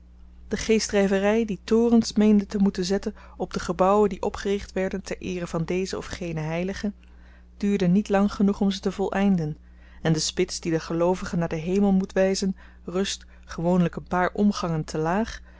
de geestdryvery die torens meende te moeten zetten op de gebouwen die opgericht werden ter eere van dezen of genen heilige duurde niet lang genoeg om ze te voleinden en de spits die de geloovigen naar den hemel moet wyzen rust gewoonlyk een paar omgangen te laag